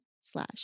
slash